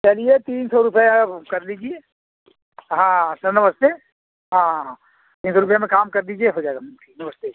चलिए तीन सौ रुपये अब कर लीजिए हाँ सर नमस्ते हाँ तीन सौ रुपये में काम कर दीजिए हो जाएगा मुमकिन नमस्ते